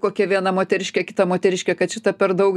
kokia viena moteriškė kitą moteriškę kad šita per daug